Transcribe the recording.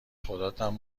خداتم